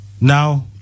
Now